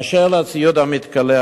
באשר לציוד המתכלה,